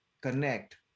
connect